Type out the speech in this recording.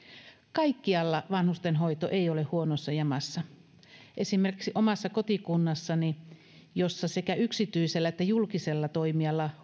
kaikkialla vanhustenhoito ei ole huonossa jamassa esimerkiksi omassa kotikunnassani sekä yksityisellä että julkisella toimijalla